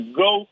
go